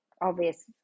obvious